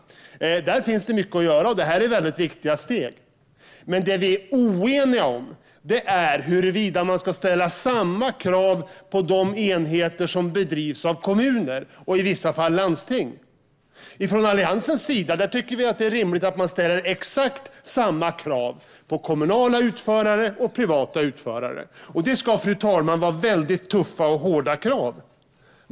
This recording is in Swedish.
Där finns det mycket att göra, och detta är väldigt viktiga steg. Men det vi är oeniga om är huruvida man ska ställa samma krav på de enheter som drivs av kommuner och i vissa fall landsting. Från Alliansens sida tycker vi att det är rimligt att man ställer exakt samma krav på kommunala och privata utförare. Det ska, fru talman, vara väldigt tuffa och hårda krav.